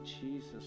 Jesus